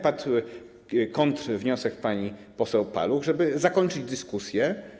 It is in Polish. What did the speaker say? Padł kontrwniosek pani poseł Paluch, żeby zakończyć dyskusję.